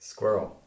Squirrel